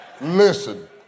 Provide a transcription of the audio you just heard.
Listen